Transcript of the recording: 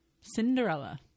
Cinderella